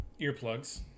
earplugs